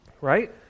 right